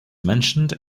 mentioned